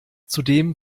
zudem